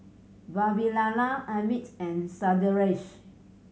Vavilala Amit and Sundaresh